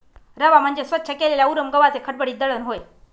रवा म्हणजे स्वच्छ केलेल्या उरम गव्हाचे खडबडीत दळण होय